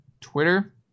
Twitter